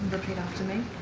repeat after me.